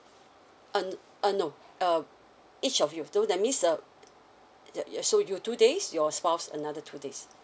uh n~ uh no uh each of you do that means the uh the uh so you're two days your spouse another two days your